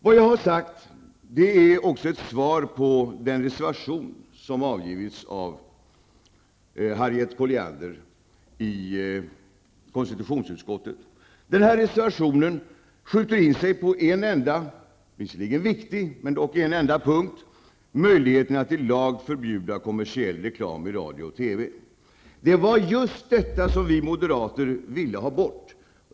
Vad jag har sagt är också svar på den reservation som avgivits i konstitutionsutskottet av Harriet Colliander. Den reservationen skjuter in sig på en enda punkt -- visserligen viktig men dock en enda -- nämligen möjligheten att i lag förbjuda kommersiell reklam i radio och TV. Det var just detta som vi moderater ville ha bort.